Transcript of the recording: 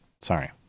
Sorry